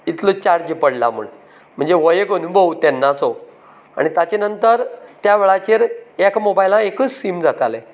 इतलो चार्ज पडलां म्हण म्हणजे हो एक अनुभव तेन्नाचो आनी ताचे नंतर त्या वेळाचेर एक मोबायलाक एकूच सीम जातालें